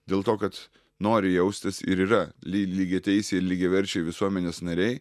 dėl to kad nori jaustis ir yra ly lygiateisiai ir lygiaverčiai visuomenės nariai